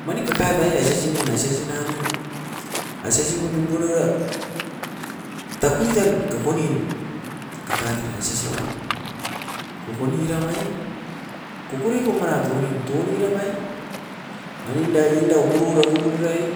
Mani kakatai aise sinin aise sinanu, aise sipu num punu avera taikuitan kakunin kakatera aise siban. Kokoni ramae, kokore komara tounin, touni ramae maninda inda upuru era kupuru rae